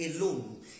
alone